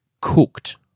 cooked